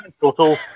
total